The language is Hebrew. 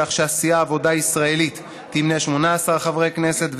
כך שסיעת העבודה הישראלית תמנה 18 חברי כנסת,